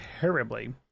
terribly